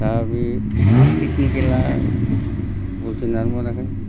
दा बे टेकनिकेला बुजिनानैनो मोनाखै